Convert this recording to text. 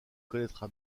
connaîtra